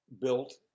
built